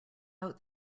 out